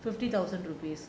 fifty thousand rupees